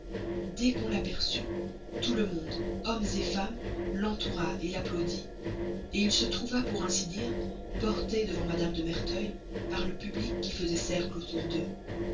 dès qu'on l'aperçut tout le monde hommes femmes l'entoura l'applaudit il se trouva pour ainsi dire porté devant mme de merteuil par le public qui faisait cercle autour d'eux